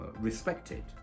respected